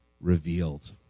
revealed